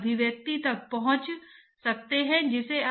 अब रेनॉल्ड्स संख्या क्या है